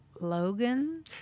Logan